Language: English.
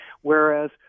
Whereas